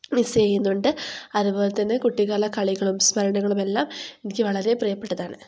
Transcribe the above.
miss ചെയ്യുന്നുണ്ട് അതുപോലതന്നെ കുട്ടിക്കാല കളികളും സ്മരണകളും എല്ലാം എനിക്ക് വളരെ പ്രിയപ്പെട്ടതാണ്